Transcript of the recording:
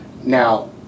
Now